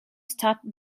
started